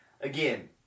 Again